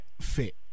fit